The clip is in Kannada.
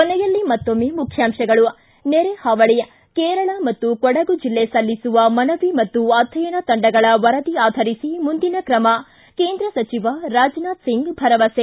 ಕೊನೆಯಲ್ಲಿ ಮತ್ತೊಮ್ನೆ ಮುಖ್ಯಾಂಶಗಳು ಿಗಾನೆರೆ ಹಾವಳಿ ಕೇರಳ ಮತ್ತು ಕೊಡಗು ಜಿಲ್ಲೆ ಸಲ್ಲಿಸುವ ಮನವಿ ಮತ್ತು ಅಧ್ಯಯನ ತಂಡಗಳ ವರದಿ ಆಧರಿಸಿ ಮುಂದಿನ ಕ್ರಮ ಕೇಂದ್ರ ಸಚಿವ ರಾಜನಾಥ ಸಿಂಗ್ ಭರವಸೆ